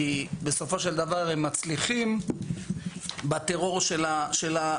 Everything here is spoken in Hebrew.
כי בסופו של דבר הם מצליחים בטרור של הפרוטקשן.